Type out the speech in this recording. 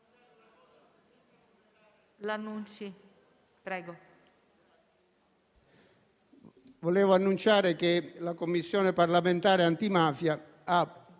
annunciando che la Commissione parlamentare antimafia ha